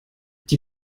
die